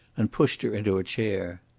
and pushed her into a chair.